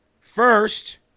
first